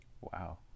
Wow